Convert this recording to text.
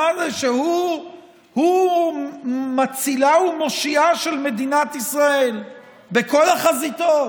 שהוא מצילה ומושיעה של מדינת ישראל בכל החזיתות,